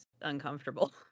uncomfortable